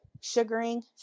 sugaring